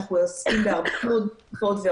אנחנו עוסקים בהיערכות לכל